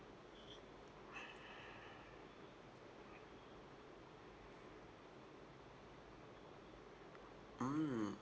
mm